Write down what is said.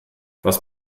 was